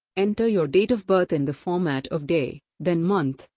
enter your date of birth in the format of day, then month,